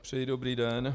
Přeji dobrý den.